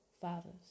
fathers